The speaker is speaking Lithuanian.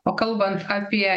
o kalbant apie